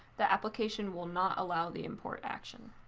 the application will not allow the import action.